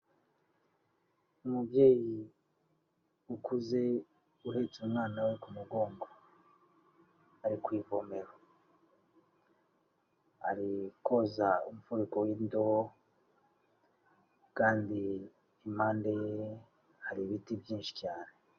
umubyeyi, ukuze, uhetse umwana we ku mugongo. Ari ku ivomero. Ari koza umufuniko w'indobo, kandi impande ye hari ibiti byinshi cyane.